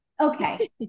Okay